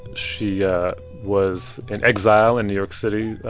she yeah was an exile in new york city.